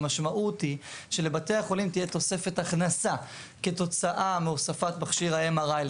המשמעות היא שלבתי החולים תהיה תוספת הכנסה כתוצאה מהוספת מכשיר ה-MRI,